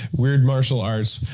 weird martial arts,